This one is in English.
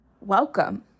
welcome